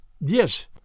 Yes